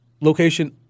location